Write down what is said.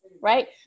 right